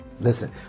Listen